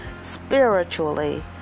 spiritually